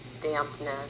dampness